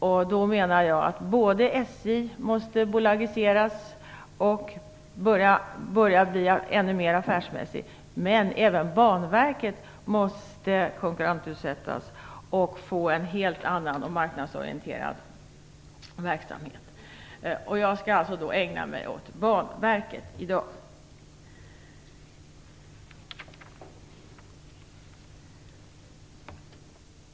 Jag menar då att SJ måste bolagiseras och bli ännu mer affärsmässigt, men även Banverket måste konkurrensutsättas och få en helt annan och marknadsorienterad verksamhet. Jag skall alltså i dag ägna mig åt Banverket.